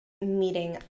meeting